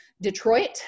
Detroit